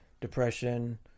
depression